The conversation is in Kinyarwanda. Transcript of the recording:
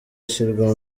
ashyirwa